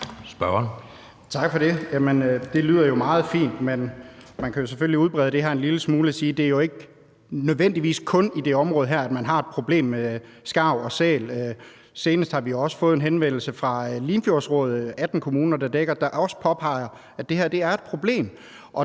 Tak for det. Det lyder jo meget fint, men man kan selvfølgelig udbrede det her en lille smule og sige, at det ikke nødvendigvis kun er i det område her, at man har et problem med skarv og sæl. Senest har vi også fået en henvendelse fra Limfjordsrådet, som dækker 18 kommuner, der også påpeger, at det her er et problem.